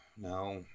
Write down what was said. No